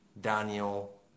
Daniel